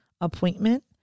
appointment